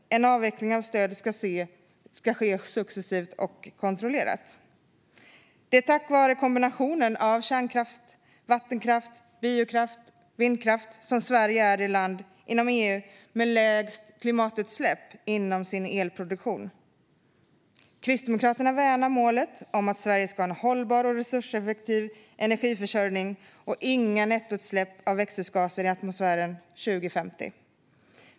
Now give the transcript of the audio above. En avveckling av stöd ska ske succesivt och kontrollerat. Det är tack vare kombinationen av kärnkraft, vattenkraft, biokraft och vindkraft som Sverige är det land inom EU som har lägst klimatutsläpp i sin elproduktion. Kristdemokraterna värnar målet om att Sverige ska ha en hållbar och resurseffektiv energiförsörjning och inga nettoutsläpp av växthusgaser i atmosfären 2050.